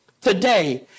today